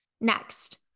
Next